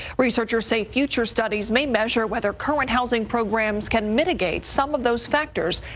researchers say future studies may measure whether current housing programs can mitigate some of those factors.